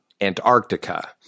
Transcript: Antarctica